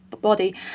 body